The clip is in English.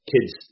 kids